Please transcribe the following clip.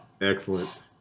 Excellent